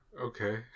Okay